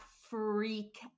freak